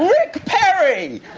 rick perry.